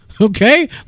Okay